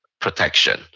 protection